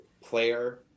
player